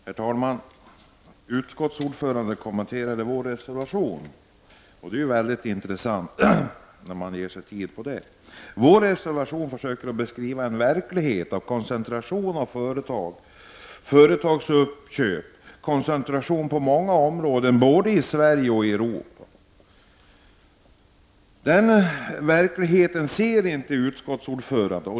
Herr talman! Utskottets ordförande kommenterade vår reservation. Det är intressant att han gav sig tid till det. Vår reservation försöker beskriva en verklighet av koncentration av företag, företagsuppköp, koncentration på många områden både i Sverige och i Europa. Den verkligheten ser inte utskottsordföranden.